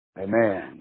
Amen